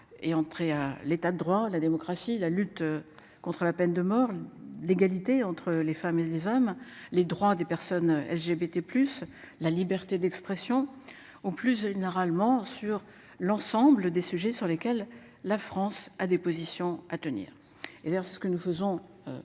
Est entré à l'état de droit, la démocratie, la lutte contre la peine de mort. L'égalité entre les femmes et les hommes, les droits des personnes LGBT, plus la liberté d'expression ou plus généralement sur l'ensemble des sujets sur lesquels la France a des positions à tenir et d'ailleurs c'est ce que nous faisons.